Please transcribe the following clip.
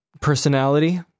personality